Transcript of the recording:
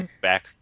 back